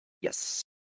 Yes